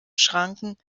schranken